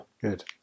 Good